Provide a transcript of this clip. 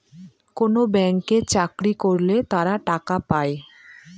কোনো ব্যাঙ্কে চাকরি করলে তারা টাকা পায়